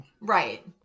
Right